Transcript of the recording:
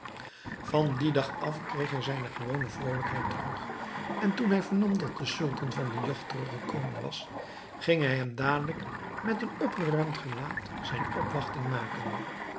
van dien dag af kreeg hij zijn gewone vrolijkheid terug en toen hij vernam dat de sultan van de jagt terug gekomen was ging hij hem dadelijk met een opgeruimd gelaat zijn opwachting maken